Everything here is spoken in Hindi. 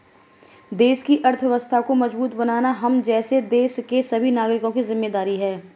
देश की अर्थव्यवस्था को मजबूत बनाना हम जैसे देश के सभी नागरिकों की जिम्मेदारी है